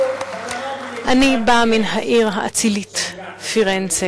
(מחיאות כפיים) אני בא מן העיר האצילית פירנצה.